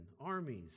armies